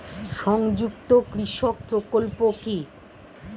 সংযুক্ত কৃষক প্রকল্প কি?